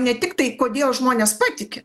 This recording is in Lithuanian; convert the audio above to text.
ne tik tai kodėl žmonės patiki